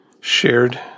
shared